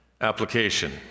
application